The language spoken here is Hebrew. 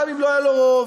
גם אם לא היה לו רוב.